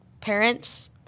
Parents